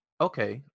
okay